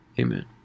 Amen